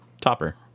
topper